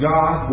God